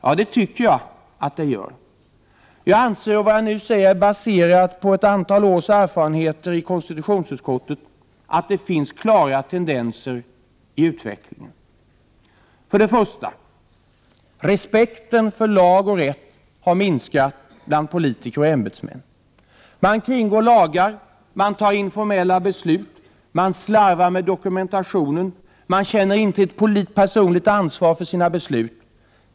Ja, det tycker jag. Jag anser — och vad jag nu säger är baserat på mina erfarenheter efter ett antal år i konstitutionsutskottet — att det finns klara tendenser i utvecklingen. För det första: Respekten för lag och rätt har minskat bland politiker och ämbetsmän. Man kringgår lagar, och man tar informella beslut. Man slarvar med dokumentation, och man känner inte ett personligt ansvar för sina beslut.